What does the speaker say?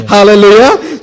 Hallelujah